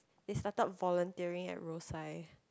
they started volunteering at Rosyth